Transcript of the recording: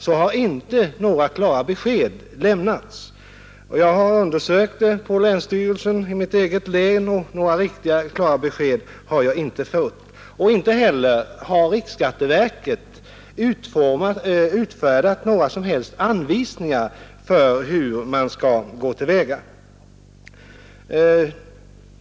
Jag har undersökt frågan på länsstyrelsen i mitt eget län, men jag har inte fått några riktigt klara besked om hur det förfarits tidigare. Inte heller har riksskatteverket utfärdat några som helst anvisningar för hur man skall gå till väga.